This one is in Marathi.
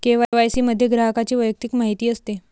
के.वाय.सी मध्ये ग्राहकाची वैयक्तिक माहिती असते